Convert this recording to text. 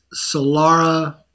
Solara